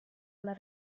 alla